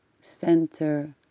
center